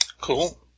Cool